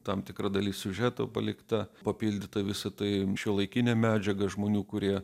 tam tikra dalis siužeto palikta papildyta visa tai šiuolaikinė medžiaga žmonių kurie